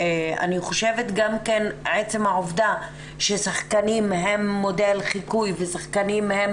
אני חושבת גם כן שעצם העובדה ששחקנים הם מודל חיקוי ושחקנים הם